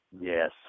Yes